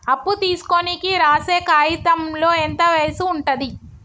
అప్పు తీసుకోనికి రాసే కాయితంలో ఎంత వయసు ఉంటది?